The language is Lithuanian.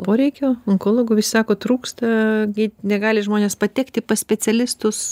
poreikio onkologų visi sako trūksta negali žmonės patekti pas specialistus